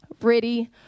ready